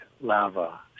lava